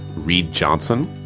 reed johnson,